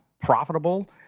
profitable